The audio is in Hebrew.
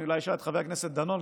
אני אולי אשאל את חבר הכנסת דנון,